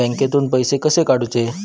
बँकेतून पैसे कसे काढूचे?